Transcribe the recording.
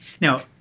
now